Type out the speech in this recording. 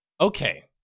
Okay